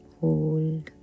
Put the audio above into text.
Hold